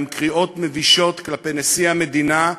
גם קריאות מבישות כלפי נשיא המדינה,